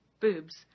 boobs